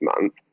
month